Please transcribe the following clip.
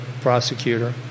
prosecutor